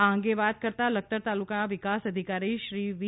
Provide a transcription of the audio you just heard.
આ અંગે વાત કરતા લખતર તાલુકા વિકાસ અધિકારીશ્રી વી